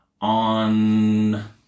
on